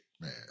Man